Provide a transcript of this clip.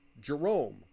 Jerome